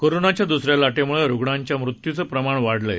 कोरोनाच्या द् सऱ्या लाटेम्ळं रुगणांच्या मृत्यूचं प्रमाण वाढलंय